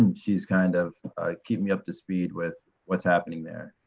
and she's kind of keeping me up to speed with what's happening there.